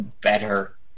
better